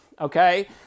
okay